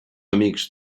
amics